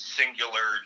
singular